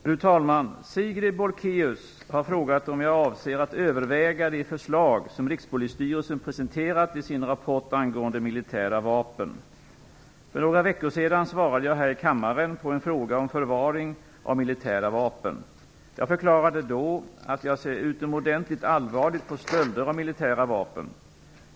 Fru talman! Sigrid Bolkéus har frågat om jag avser att överväga de förslag som Rikspolisstyrelsen presenterat i sin rapport angående militära vapen. För några veckor sedan svarade jag här i kammaren på en fråga om förvaring av militära vapen. Jag förklarade då att jag ser utomordentligt allvarligt på stölder av militära vapen.